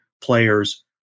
players